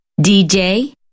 DJ